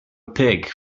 pig